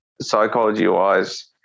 psychology-wise